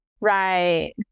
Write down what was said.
Right